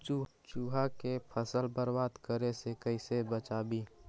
चुहा के फसल बर्बाद करे से कैसे बचाबी?